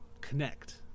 connect